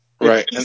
right